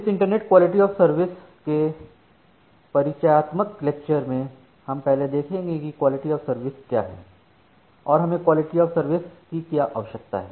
इस internet quality of service के परिचयात्मक लेक्चर में हम पहले देखेंगे कि क्वालिटी ऑफ सर्विस क्या है और हमें क्वालिटी ऑफ सर्विस की क्या आवश्यकता है